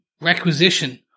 requisition